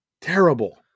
Terrible